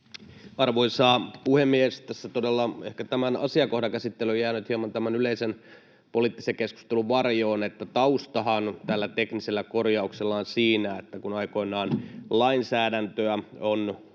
Arvoisa puhemies! Tässä todella on ehkä tämän asiakohdan käsittely jäänyt hieman tämän yleisen poliittisen keskustelun varjoon. Taustahan tällä teknisellä korjauksella on siinä, että kun aikoinaan lainsäädäntöä on muutettu,